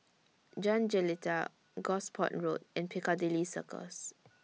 Jalan Jelita Gosport Road and Piccadilly Circus